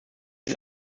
ist